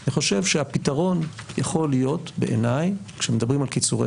אני חושב שהפתרון יכול להיות בעיני כשמדברים על קיצורי